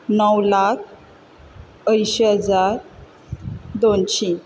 णव लाख अंयशीं हजार दोनशी